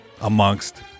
amongst